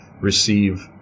receive